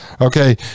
Okay